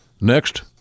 Next